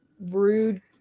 rude